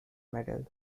medal